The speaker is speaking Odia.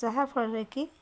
ଯାହାଫଳରେ କି